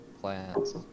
plants